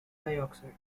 dioxide